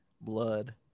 blood